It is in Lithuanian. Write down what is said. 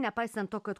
nepaisant to kad